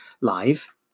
live